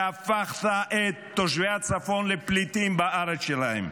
והפכת את תושבי הצפון לפליטים בארץ שלהם.